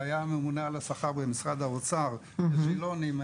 שהיה הממונה על השכר במשרד האוצר --- מההסתדרות